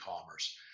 commerce